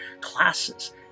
classes